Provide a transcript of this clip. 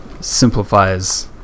simplifies